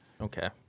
Okay